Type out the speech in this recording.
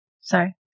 Sorry